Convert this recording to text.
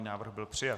Návrh byl přijat.